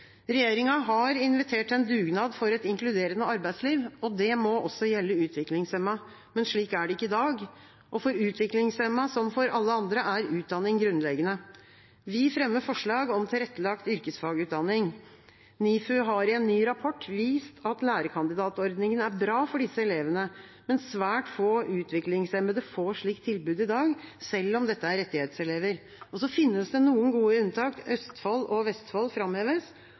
Regjeringa har invitert til en dugnad for et inkluderende arbeidsliv. Det må også gjelde utviklingshemmede, men slik er det ikke i dag. For utviklingshemmede, som for alle andre, er utdanning grunnleggende. Vi fremmer forslag om tilrettelagt yrkesfagutdanning. NIFU har i en ny rapport vist at lærekandidatordningen er bra for disse elevene, men svært få utviklingshemmede får slikt tilbud i dag, selv om dette er rettighetselever. Det finnes noen gode unntak – Østfold og Vestfold framheves.